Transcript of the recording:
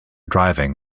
driving